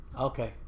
Okay